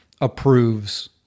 approves